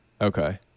Okay